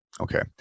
Okay